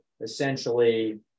essentially